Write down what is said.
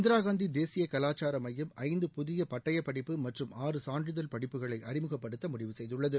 இந்திரா காந்தி தேசிய கலாச்சார மையம் ஐந்து புதிய பட்டயப் படிப்பு மற்றம் ஆறு சான்றிதழ் படிப்புகளை அறிமுகப்படுத்த முடிவு செய்துள்ளது